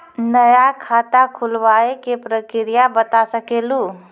नया खाता खुलवाए के प्रक्रिया बता सके लू?